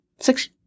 Six